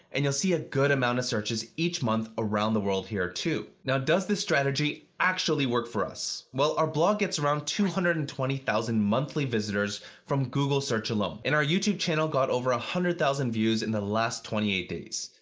and you'll see a good amount of searches each month around the world here too. now, does this strategy actually work for us? well, our blog gets around two hundred and twenty thousand monthly visitors from google search alone. and our youtube channel got over one ah hundred thousand views in the last twenty eight days.